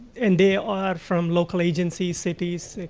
and they are from local agencies, cities,